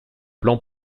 plan